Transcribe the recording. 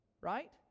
right